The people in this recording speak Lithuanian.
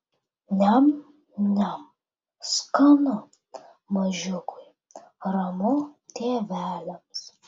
niam niam skanu mažiukui ramu tėveliams